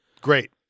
Great